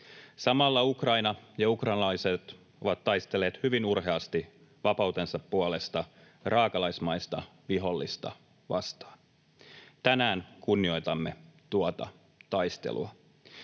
Samalla Ukraina ja ukrainalaiset ovat taistelleet hyvin urheasti vapautensa puolesta raakalaismaista vihollista vastaan. Tänään kunnioitamme tuota taistelua.